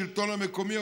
השלטון המקומי,